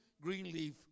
Greenleaf